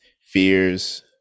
fears